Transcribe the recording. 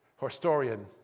historian